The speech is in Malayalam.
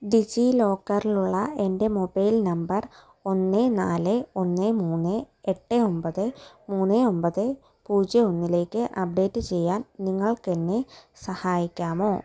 ഡിജി ലോക്കറിലുള്ള എൻ്റെ മൊബൈൽ നമ്പർ ഒന്ന് നാല് ഒന്ന് മൂന്ന് എട്ട് ഒമ്പത് മൂന്ന് ഒമ്പത് പൂജ്യം ഒന്നിലേക്ക് അപ്ഡേറ്റ് ചെയ്യാൻ നിങ്ങൾക്ക് എന്നെ സഹായിക്കാമോ